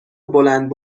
بلند